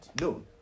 No